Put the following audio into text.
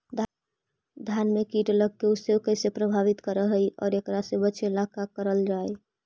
धान में कीट लगके उसे कैसे प्रभावित कर हई और एकरा से बचेला का करल जाए?